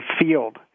field